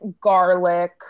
garlic